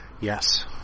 Yes